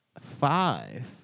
five